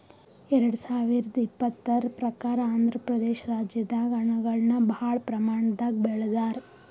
ಎರಡ ಸಾವಿರದ್ ಇಪ್ಪತರ್ ಪ್ರಕಾರ್ ಆಂಧ್ರಪ್ರದೇಶ ರಾಜ್ಯದಾಗ್ ಹಣ್ಣಗಳನ್ನ್ ಭಾಳ್ ಪ್ರಮಾಣದಾಗ್ ಬೆಳದಾರ್